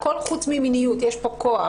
הכול חוץ ממיניות יש פה כוח,